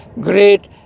great